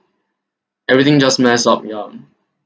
everything just mess up yup